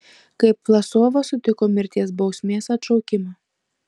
kaip vlasovas sutiko mirties bausmės atšaukimą